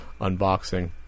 unboxing